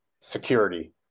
security